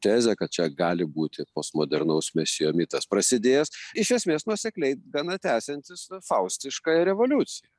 tezę kad čia gali būti postmodernaus mesijo mitas prasidėjęs iš esmės nuosekliai gana tęsiantis faustiškąją revoliuciją